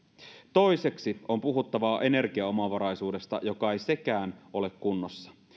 toiseksi on puhuttava energiaomavaraisuudesta joka ei sekään ole kunnossa